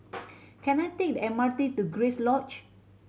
can I take the M R T to Grace Lodge